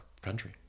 country